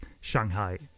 Shanghai